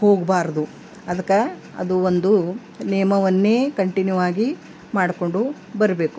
ಹೋಗ್ಬಾರ್ದು ಅದಕ್ಕ ಅದು ಒಂದು ನಿಯಮವನ್ನೇ ಕಂಟಿನ್ಯೂ ಆಗಿ ಮಾಡಿಕೊಂಡು ಬರಬೇಕು